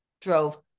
drove